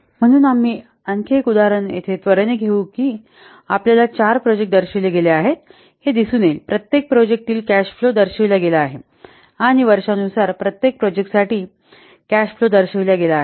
म्हणून आम्ही आणखी एक उदाहरण येथे त्वरेने घेऊ की येथे आपल्याला चार प्रोजेक्ट दर्शविले गेले आहेत हे दिसून येईल प्रत्येक प्रोजेक्ट तील कॅश फ्लो दर्शविला गेला आहे आणि वर्षानुसार प्रत्येक प्रोजेक्ट साठी वर्षानुसार कॅश फ्लो दर्शविला गेला आहे